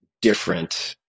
different